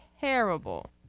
terrible